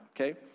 okay